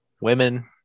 women